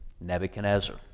Nebuchadnezzar